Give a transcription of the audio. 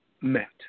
met